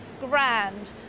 grand